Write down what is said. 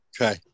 okay